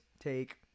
take